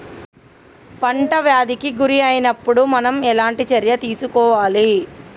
పంట వ్యాధి కి గురి అయినపుడు మనం ఎలాంటి చర్య తీసుకోవాలి?